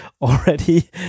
already